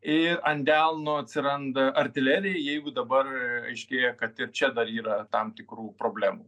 ir ant delno atsiranda artilerijai jeigu dabar aiškėja kad ir čia dar yra tam tikrų problemų